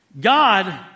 God